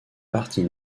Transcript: partie